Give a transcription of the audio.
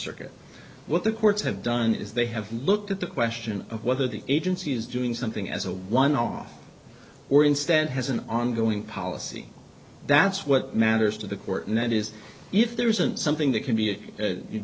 circuit what the courts have done is they have looked at the question of whether the agency is doing something as a one off or instead has an ongoing policy that's what matters to the court and that is if there isn't something that can be as you